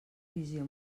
visió